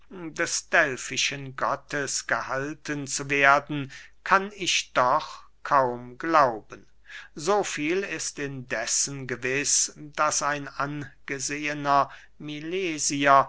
des delfischen gottes gehalten zu werden kann ich doch kaum glauben so viel ist indessen gewiß daß ein angesehener milesier